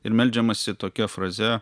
ir meldžiamasi tokia fraze